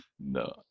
No